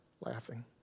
laughing